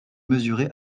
mesurer